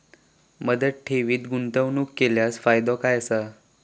मुदत ठेवीत गुंतवणूक केल्यास फायदो काय आसा?